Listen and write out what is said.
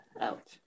out